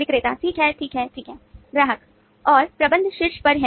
विक्रेता ठीक है ठीक है ठीक है ग्राहक और प्रबंधक शीर्ष पर है